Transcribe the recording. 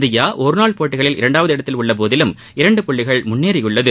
India ஒருநாள் போட்டிகளில் இரண்டாவது இடத்தில் உள்ள போதிலும் இரண்டு புள்ளிகள் முன்னேறியுள்ளது